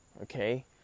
okay